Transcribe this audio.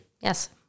Yes